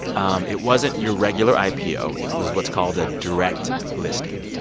um it wasn't your regular ipo. it was what's called a direct listing.